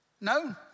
No